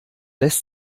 lässt